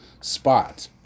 spot